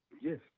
Yes